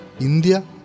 India